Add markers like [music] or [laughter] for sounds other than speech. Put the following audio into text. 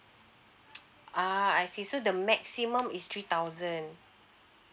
[noise] ah I see so the maximum is three thousand